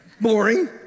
Boring